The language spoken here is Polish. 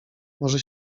może